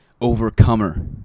overcomer